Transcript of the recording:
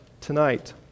tonight